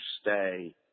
stay